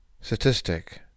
statistic